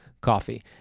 coffee